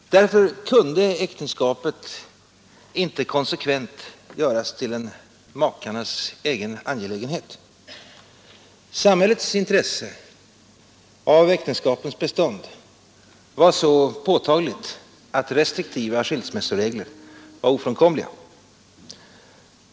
Därför kunde äktenskapet inte konsekvent göras till en makarnas egen angelägenhet. Samhällets intresse av äktenskapens bestånd var så påtagligt att restriktiva skilsmässoregler var ofrånkomliga.